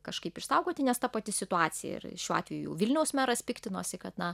kažkaip išsaugoti nes ta pati situacija ir šiuo atveju vilniaus meras piktinosi kad na